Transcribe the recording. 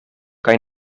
kaj